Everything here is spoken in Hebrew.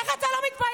איך אתה לא מתבייש?